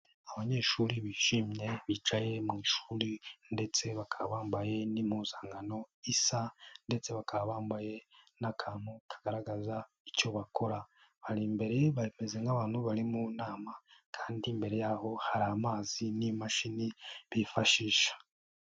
Abanyeshuri bishimye bicaye mu ishuri ndetse bakaba bambaye n'impuzankano isa ndetse bakaba bambaye n'akantu kagaragaza icyo bakora, bari imbere bameze nk'abantu bari mu nama kandi imbere yaho hari amazi n'imashini bifashisha.